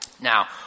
Now